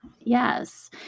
Yes